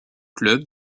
clubs